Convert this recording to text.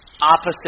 opposite